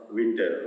winter